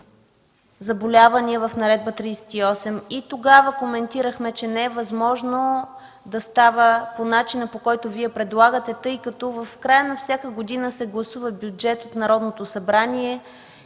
заболявания в Наредба № 38. Тогава коментирахме, че не е възможно да става по начина, по който Вие предлагате, тъй като в края на всяка година се гласува бюджет от Народното събрание